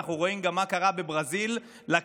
אנחנו רואים גם מה קרה בברזיל לכלכלה,